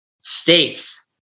states